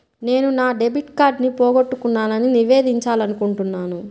నేను నా డెబిట్ కార్డ్ని పోగొట్టుకున్నాని నివేదించాలనుకుంటున్నాను